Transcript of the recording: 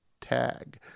Tag